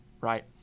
right